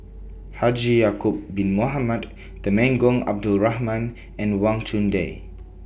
Haji Ya'Acob Bin Mohamed Temenggong Abdul Rahman and Wang Chunde